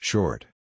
Short